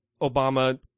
Obama